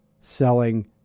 selling